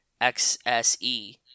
XSE